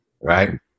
right